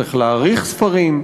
צריך להעריך ספרים.